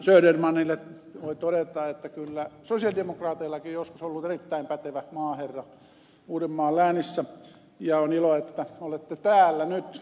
södermanille voi todeta että kyllä sosialidemokraateillakin on joskus ollut erittäin pätevä maaherra uudenmaan läänissä ja on ilo että olette täällä nyt